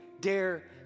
dare